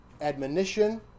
admonition